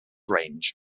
range